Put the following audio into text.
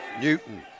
Newton